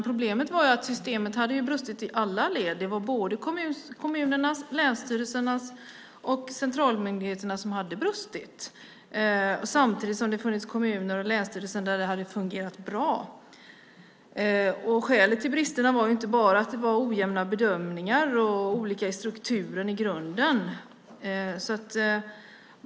Problemet var att systemet hade brustit i alla led - kommunerna, länsstyrelserna och centralmyndigheterna. Samtidigt hade det funnits kommuner och länsstyrelser där det hade fungerat bra. Skälet till bristerna var inte bara att det var ojämna bedömningar och olika strukturer i grunden.